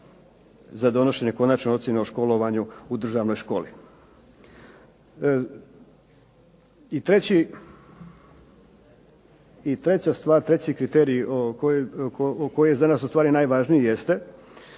za donošenje konačne ocjene o školovanju u državnoj školi. I treći kriterij koji je ustvari za nas najvažniji jeste,